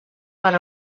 per